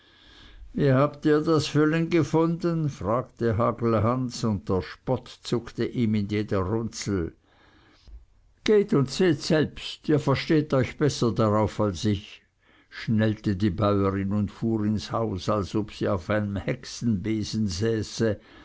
wie habt ihr das füllen gefunden fragte hagelhans und der spott zuckte ihm in jeder runzel geht und seht selbst ihr versteht euch besser darauf als ich schnellte die bäuerin und fuhr ins haus als ob sie auf einem hexenbesen säße